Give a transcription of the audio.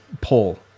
pull